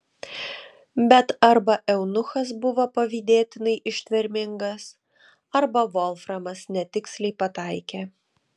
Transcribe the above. bet arba eunuchas buvo pavydėtinai ištvermingas arba volframas netiksliai pataikė